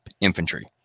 infantry